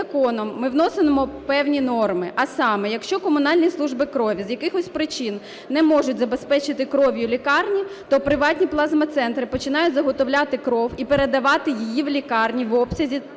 законом ми вносимо певні норми. А саме, якщо комунальні служби крові з якихось причин не можуть забезпечити кров'ю лікарні, то приватні плазма-центри починають заготовляти кров і передавати її в лікарні в обсязі